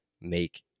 make